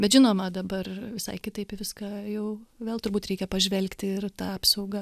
bet žinoma dabar visai kitaip į viską jau vėl turbūt reikia pažvelgti ir tą apsaugą